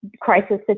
crisis